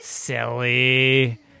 Silly